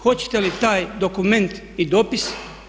Hoćete li taj dokument i dopis?